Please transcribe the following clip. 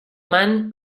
man